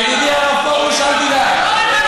ידידי הרב פרוש, אל תדאג.